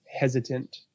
hesitant